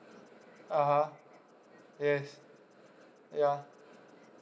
(uh huh) yes ya